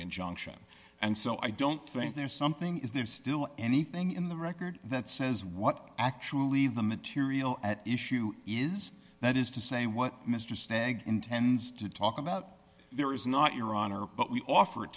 injunction and so i don't think there's something is there still anything in the record that says what actually the material at issue is that is to say what mr stagg intends to talk about there is not your honor but we offered